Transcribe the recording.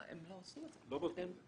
לא בודקים.